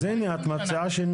אז, הנה, את מציעה שינויים.